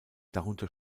darunter